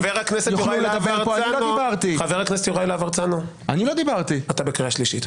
חבר הכנסת יוראי להב הרצנו, אתה בקריאה שנייה.